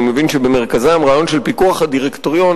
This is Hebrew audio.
אני מבין שבמרכזן רעיון של פיקוח הדירקטוריון.